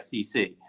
SEC